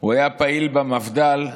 הוא היה פעיל במפד"ל,